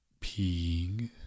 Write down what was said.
Peeing